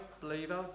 believer